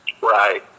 Right